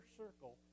circle